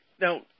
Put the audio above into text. now